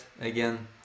Again